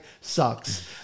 sucks